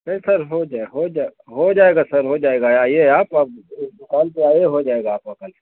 नहीं सर हो जाये हो जाये हो जायेगा सर हो जायेगा आइये आप अब दुकान पर आइये आप हो जायेगा आपका कल